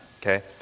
Okay